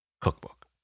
cookbook